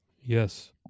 Yes